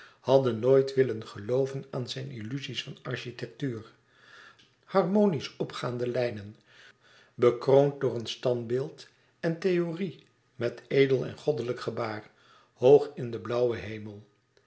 hadden nooit willen gelooven aan zijne illuzies van architectuur harmonisch opgaande lijnen bekroond door een standbeeldentheorie met edel en goddelijk gebaar hoog in den blauwen hemel